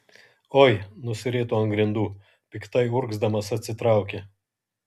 oi nusirito ant grindų piktai urgzdamas atsitraukė